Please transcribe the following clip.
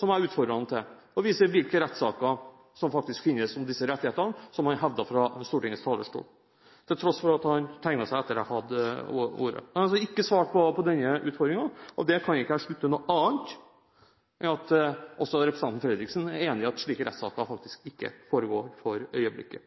som jeg utfordret han til, å vise hvilke rettssaker som faktisk finnes om disse rettighetene, som han hevdet fra Stortingets talerstol, til tross for at han tegnet seg etter at jeg hadde ordet. Han har ikke svart på denne utfordringen. Av det kan ikke jeg slutte noe annet enn at også representanten Fredriksen er enig i at slike rettssaker faktisk ikke foregår for øyeblikket.